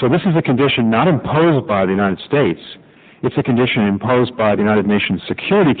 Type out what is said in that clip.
so this is a condition not imposed by the united states it's a condition imposed by the united nations security